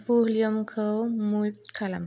भल्युमखौ मिउट खालाम